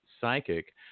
psychic